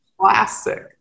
classic